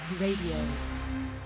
Radio